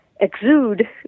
exude